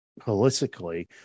holistically